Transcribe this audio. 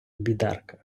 бідарка